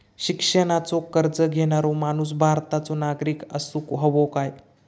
शिक्षणाचो कर्ज घेणारो माणूस भारताचो नागरिक असूक हवो काय?